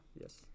Yes